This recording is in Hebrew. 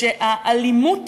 שהאלימות